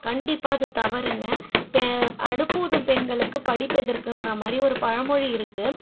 கண்டிப்பாக அது தவறுங்க பெ அடுப்பூதும் பெண்களுக்கு படிப்பு எதற்குகிற மாதிரி ஒரு பழமொழி இருக்குது